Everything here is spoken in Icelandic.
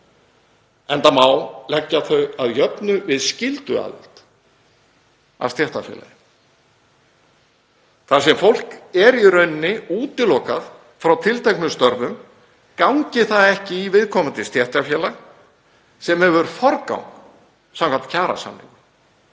enda má leggja þau að jöfnu við skylduaðild að stéttarfélagi þar sem fólk er í raun útilokað frá tilteknum störfum gangi það ekki í viðkomandi stéttarfélag sem hefur forgang samkvæmt kjarasamningum